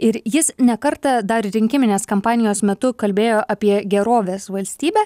ir jis ne kartą dar rinkiminės kampanijos metu kalbėjo apie gerovės valstybę